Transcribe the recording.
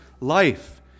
life